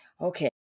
Okay